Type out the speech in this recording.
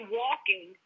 walking